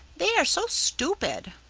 they are so stupid.